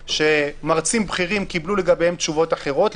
שמרצים בכירים קיבלו לגביהן תשובות אחרות,